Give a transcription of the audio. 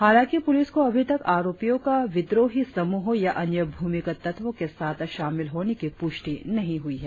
हालांकि पुलिस को अभी तक आरोपियों का विद्रोही समूहों या अन्य भूमिगत तत्वों के साथ शामिल होने की पुष्टि नहीं हुई है